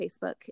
Facebook